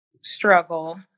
struggle